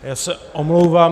Já se omlouvám.